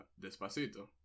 Despacito